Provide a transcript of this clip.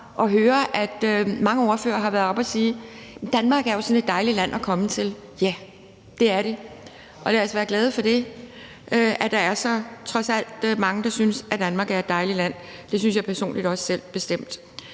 for, at mange ordførere har været oppe at sige, at Danmark jo er sådan et dejligt land at komme til. Ja, det er det, og lad os være glade for, at der trods alt er så mange, der synes, at Danmark er et dejligt land. Det synes jeg personligt også selv, bestemt.